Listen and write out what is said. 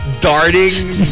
darting